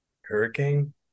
Hurricane